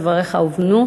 דבריך הובנו.